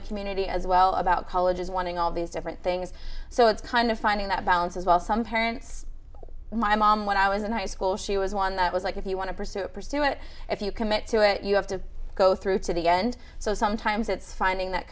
the community as well about colleges wanting all these different things so it's kind of finding that balance as well some parents my mom when i was in high school she was one that was like if you want to pursue it pursue it if you commit to it you have to go through to the end so sometimes it's finding that